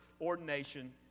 ordination